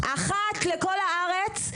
אחת לכל הארץ,